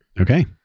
Okay